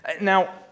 Now